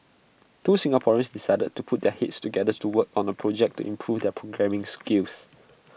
two Singaporeans decided to put their heads together to work on A project to improve their programming skills